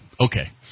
Okay